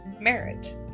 marriage